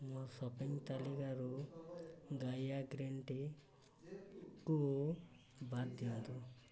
ମୋ ସପିଂ ତାଲିକାରୁ Gaia green ଟିକୁ ବାଦ୍ ଦିଅନ୍ତୁ